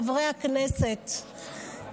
חברי הכנסת,